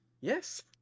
Yes